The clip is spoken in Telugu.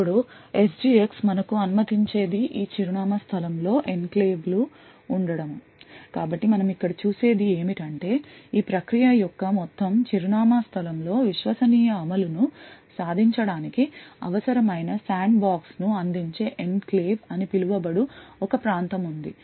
ఇప్పుడు SGX మనకు అనుమతించేది ఈ చిరునామా స్థలం లో ఎన్క్లేవ్లు ఉండడము కాబట్టి మనం ఇక్కడ చూసే ది ఏమిటంటే ఈ ప్రక్రియ యొక్క మొత్తం చిరునామా స్థలంలో విశ్వసనీయ అమలును సాధించడానికి అవసరమైన శాండ్బాక్స్ను అందించే ఎన్క్లేవ్ అని పిలువబడు ఒక ప్రాంతం ఉంది